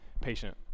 patient